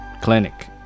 clinic